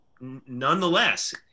nonetheless